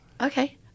Okay